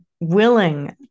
willing